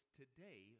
today